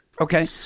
Okay